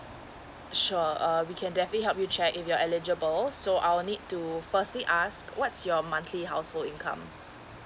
sure uh we can definitely help you check if you are eligible so I'll need to firstly ask what's your monthly household income